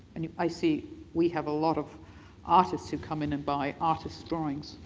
and i see we have a lot of artists who come in and buy artists' drawings.